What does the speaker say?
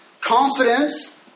confidence